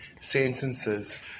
sentences